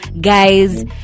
guys